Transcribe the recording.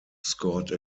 scored